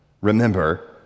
remember